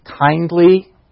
Kindly